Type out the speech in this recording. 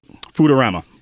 Foodorama